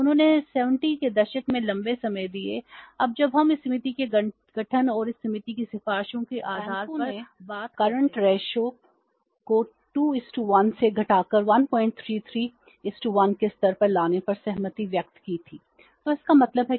उन्होंने 70 के दशक में लंबे समय दिए अब जब हम इस समिति के गठन और इस समिति की सिफारिशों के आधार पर बात करते हैं